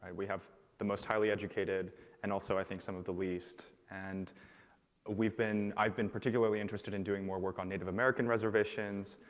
and we have the most highly educated and also i think some of the least. and we've been i've been particularly interested in doing more work on native american reservations.